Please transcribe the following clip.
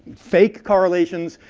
fake correlations,